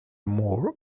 moore